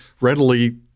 readily